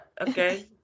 okay